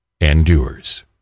endures